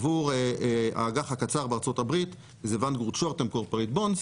עבור האג"ח הקצר בארצות הברית זה Vanguard Short-Term Corporate Bonds,